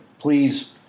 Please